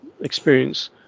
experience